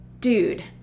Dude